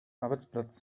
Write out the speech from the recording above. arbeitsplatz